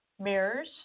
mirrors